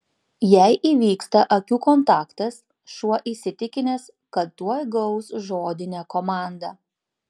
jei įvyksta akių kontaktas šuo įsitikinęs kad tuoj gaus žodinę komandą